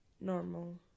normal